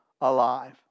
alive